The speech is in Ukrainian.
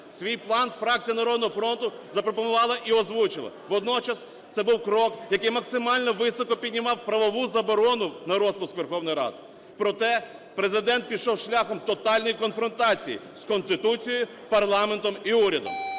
Свій план фракція "Народного фронту" запропонувала і озвучила. Водночас це був крок, який максимально високо піднімав правову заборону на розпуск Верховної Ради. Проте Президент пішов шляхом тотальної конфронтації з Конституцією, парламентом і урядом.